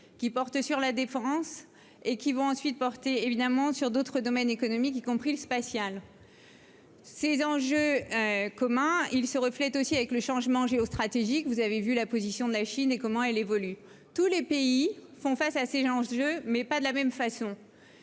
qui porte sur la défense et qui vont ensuite porter évidemment sur d'autres domaines économiques, y compris le spatial. Ces enjeux communs, ils se reflète aussi avec le changement géostratégique, vous avez vu la position de la Chine et comment elle évolue tous les pays font face à ces gens, je mets pas de la même façon,